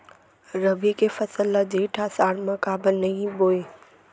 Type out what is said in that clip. रबि के फसल ल जेठ आषाढ़ म काबर नही बोए?